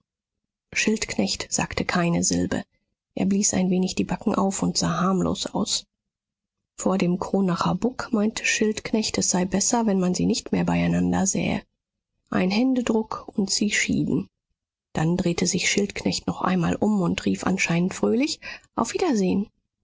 schildknecht sagte keine silbe er blies ein wenig die backen auf und sah harmlos aus vor dem kronacher buck meinte schildknecht es sei besser wenn man sie nicht mehr beieinander sähe ein händedruck und sie schieden dann drehte sich schildknecht noch einmal um und rief anscheinend fröhlich auf wiedersehen